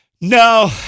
No